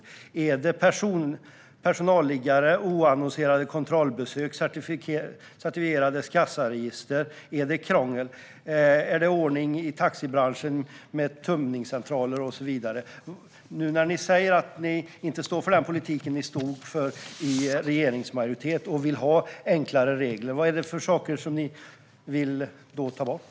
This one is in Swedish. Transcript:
Hör personalliggare, oannonserade kontrollbesök och certifierade kassaregister till krångel? Hör ordning i taxibranschen med tömningscentraler och så vidare till detta? När ni nu säger att ni inte står för den politik som ni stod för när ni var i regeringsmajoritet utan vill ha enklare regler undrar jag vilka saker ni då vill ta bort.